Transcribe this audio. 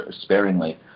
sparingly